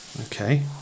okay